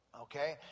Okay